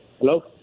Hello